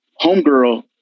Homegirl